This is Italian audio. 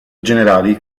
generali